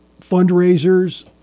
fundraisers